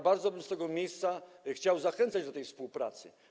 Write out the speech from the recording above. Bardzo bym z tego miejsca chciał zachęcać do współpracy.